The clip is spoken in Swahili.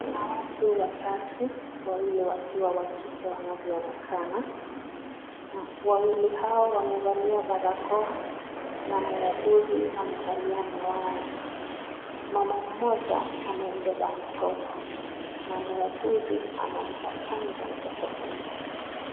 Kuna watu watatu, wawili wa kike wanavyoonekana. Wawili hao wamevalia barakoa na muuguzi amevalia miwani. Mama mmoja amembeba mtoto na muuguzi anampa chanjo mtoto huyo.